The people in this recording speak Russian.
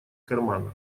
кармана